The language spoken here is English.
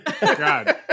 God